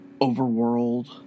Overworld